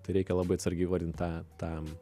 tai reikia labai atsargiai įvardint tą tą